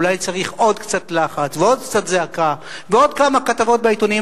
אולי צריך עוד קצת לחץ ועוד קצת זעקה ועוד כמה כתבות בעיתונים,